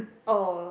oh